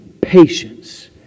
patience